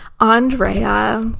Andrea